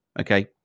okay